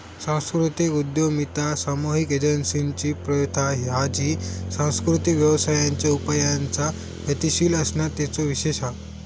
सांस्कृतिक उद्यमिता सामुहिक एजेंसिंची प्रथा हा जी सांस्कृतिक व्यवसायांच्या उपायांचा गतीशील असणा तेचो विशेष हा